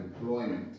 employment